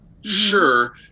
sure